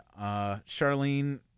Charlene